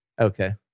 Okay